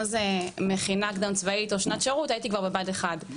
זה מכינה קדם צבאי או שנת שירות הייתי כבר בבה"ד 1,